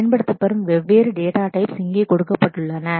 பயன்படுத்தப்படும் வெவ்வேறு data type datatypes இங்கே கொடுக்கப்பட்டுள்ளன